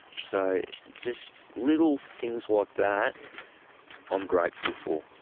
so just little things like that i'm grateful for,